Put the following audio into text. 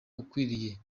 ukwiriye